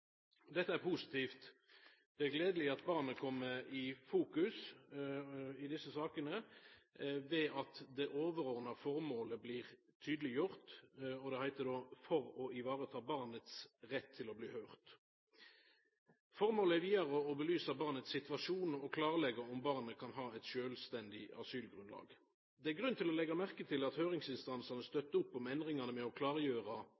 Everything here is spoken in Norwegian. Dette er positivt. Det er gledeleg at barnet kjem i fokus i desse sakene ved at det overordna formålet blir tydeleggjort, «for å ivareta barnets rett til å bli hørt», som det heiter. Formålet er vidare «å belyse barnets situasjon og klarlegge om barnet kan ha et selvstendig asylgrunnlag». Det er grunn til å leggja merke til at høyringsinstansane stør opp om endringane med å klargjera